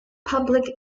public